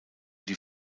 die